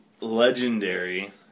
legendary